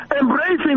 embracing